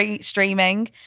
streaming